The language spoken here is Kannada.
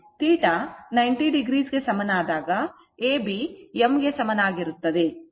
θ 90 o ಗೆ ಸಮನಾದಾಗ AB m ಗೆ ಸಮಾನವಾಗಿರುತ್ತದೆ